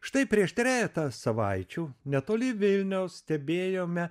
štai prieš trejetą savaičių netoli vilniaus stebėjome